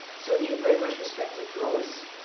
so he very much respected groves.